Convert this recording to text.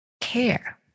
CARE